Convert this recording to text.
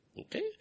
Okay